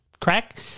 crack